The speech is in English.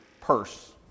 purse